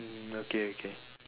mm okay okay